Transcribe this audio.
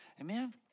Amen